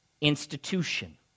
institution